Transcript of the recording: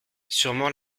sûrement